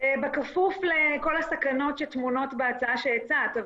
בכפוף לכל הסכנות שטמונות בהצעה שהצעת,